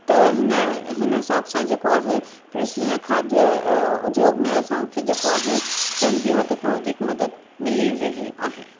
त हिन हिन हिसाब सां जेको आहे कृषि ऐं खाद्य उद्योग में असांखे जेको आहे स्टेम जी हद खां वधीक मदद मिली रही आहे